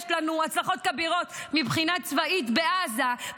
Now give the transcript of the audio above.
לנו הצלחות כבירות מבחינה צבאית בעזה,